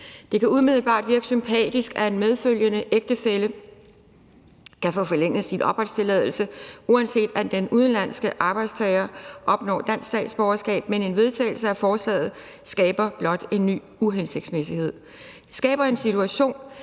Det kan umiddelbart virke sympatisk, at en medfølgende ægtefælle kan få forlænget sin opholdstilladelse, uanset at den udenlandske arbejdstager opnår dansk statsborgerskab, men en vedtagelse af forslaget skaber blot en ny uhensigtsmæssighed. Det skaber den situation,